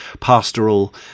pastoral